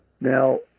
Now